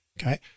Okay